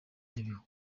nyabihu